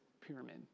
pyramid